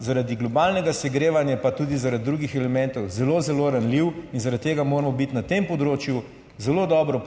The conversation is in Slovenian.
zaradi globalnega segrevanja, pa tudi zaradi drugih elementov zelo zelo ranljiv in zaradi tega moramo biti na tem področju zelo dobro